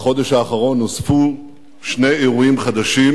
בחודש האחרון נוספו שני אירועים חדשים